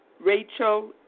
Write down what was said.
Rachel